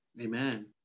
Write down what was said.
amen